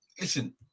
Listen